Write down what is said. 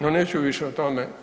No, neću više o tome.